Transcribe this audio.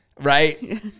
Right